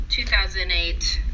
2008